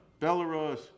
Belarus